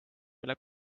mille